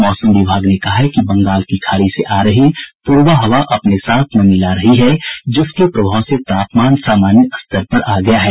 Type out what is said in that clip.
मौसम विभाग ने कहा है कि बंगाल की खाड़ी से आ रही पूरबा हवा अपने साथ नमी ला रही है जिसके प्रभाव से तापमान सामान्य स्तर पर आ गया है